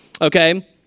okay